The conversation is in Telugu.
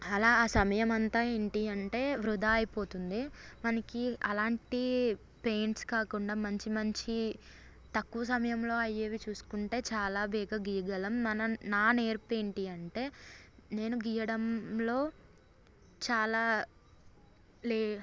అలా ఆ సమయం అంతా ఏంటి అంటే వృధా అయిపోతుంది మనకి అలాంటి పెయింట్స్ కాకుండా మంచి మంచి తక్కువ సమయంలో అయ్యేవి చూసుకుంటే చాలా బేగా గీయగలం మన నానేర్పు ఏంటి అంటే నేను గీయడంలో చాలా లే